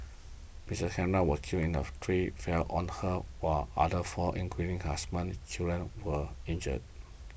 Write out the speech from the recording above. Miss Angara was killed in the tree fell on her while others four including her husband and children were injured